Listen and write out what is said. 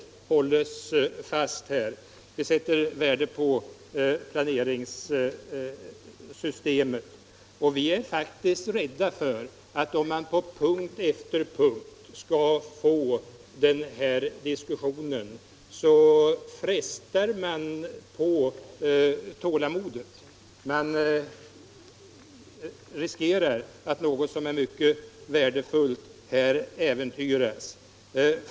Vi sätter värde på detta planeringssystem och är faktiskt rädda för att det frestar på tålamodet om vi på punkt efter punkt skall få den här diskussionen. Man riskerar då att äventyra ett mycket värdefullt syfte.